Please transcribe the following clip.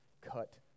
cut